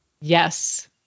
Yes